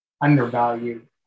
undervalued